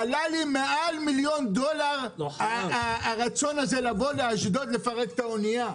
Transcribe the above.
עלה לי מעל מיליון דולר הרצון הזה לבוא לאשדוד לפרק את האונייה.